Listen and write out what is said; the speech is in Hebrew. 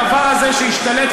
הדבר הזה שהשתלט,